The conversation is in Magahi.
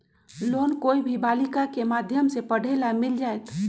लोन कोई भी बालिका के माध्यम से पढे ला मिल जायत?